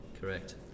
Correct